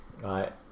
right